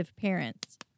parents